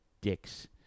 dicks